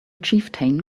chieftain